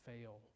fail